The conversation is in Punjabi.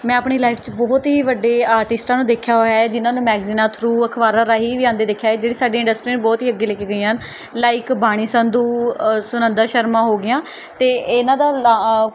ਮੈਂ ਆਪਣੀ ਲਾਈਫ਼ 'ਚ ਬਹੁਤ ਹੀ ਵੱਡੇ ਆਰਟਿਸਟਾਂ ਨੂੰ ਦੇਖਿਆ ਹੋਇਆ ਹੈ ਜਿਹਨਾਂ ਨੂੰ ਮੈਗਜ਼ੀਨਾਂ ਥਰੂ ਅਖ਼ਬਾਰਾਂ ਰਾਹੀਂ ਵੀ ਆਉਂਦੇ ਦੇਖਿਆ ਹੈ ਜਿਹੜੇ ਸਾਡੀ ਇੰਡਸਟਰੀ ਨੂੰ ਬਹੁਤ ਹੀ ਅੱਗੇ ਲੈ ਕੇ ਗਈਆਂ ਹਨ ਲਾਈਕ ਬਾਣੀ ਸੰਧੂ ਸੁਨੰਦਾ ਸ਼ਰਮਾ ਹੋ ਗਈਆਂ ਅਤੇ ਇਹਨਾਂ ਦਾ ਲਾ